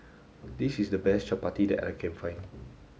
this is the best Chapati that I can find